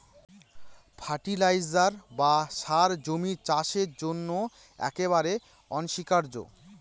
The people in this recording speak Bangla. ফার্টিলাইজার বা সার জমির চাষের জন্য একেবারে অনস্বীকার্য